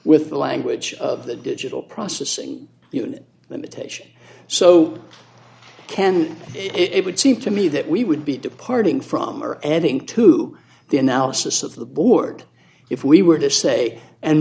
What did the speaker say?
with the language of the digital processing unit limitation so i can it would seem to me that we would be departing from or adding to the analysis of the board if we were to say and